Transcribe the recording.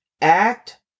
act